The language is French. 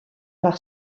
par